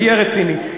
תהיה רציני.